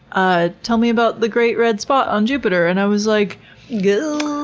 ah tell me about the great red spot on jupiter. and i was like guuhhh?